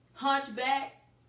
Hunchback